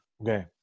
Okay